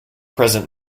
present